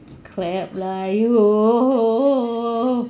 you crap lah you